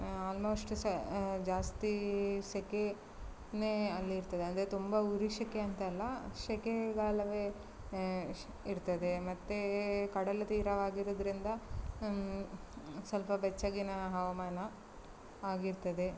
almost ಸೆ ಜಾಸ್ತಿ ಸೆಕೆನೆ ಅಲ್ಲಿರ್ತದೆ ಅಂದರೆ ತುಂಬ ಉರಿ ಸೆಕೆ ಅಂತಲ್ಲ ಸೆಕೆಗಾಲವೇ ಶ್ ಇರ್ತದೆ ಮತ್ತು ಕಡಲತೀರವಾಗಿರೋದ್ರಿಂದ ಸ್ವಲ್ಪ ಬೆಚ್ಚಗಿನ ಹವಾಮಾನ ಆಗಿರ್ತದೆ